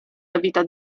evita